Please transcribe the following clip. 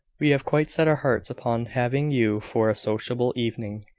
we have quite set our hearts upon having you for a sociable evening.